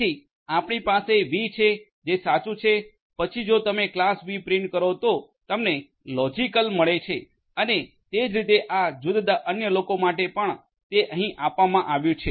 તેથી આપણી પાસે વી છે જે સાચું છે પછી જો તમે ક્લાસ વી પ્રિન્ટ કરો તો તમને લોજિકલ મળે છે અને તે જ રીતે આ જુદા જુદા અન્ય લોકો માટે પણ તે અહીં આપવામાં આવ્યું છે